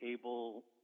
able